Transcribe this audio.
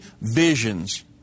visions